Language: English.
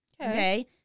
Okay